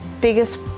biggest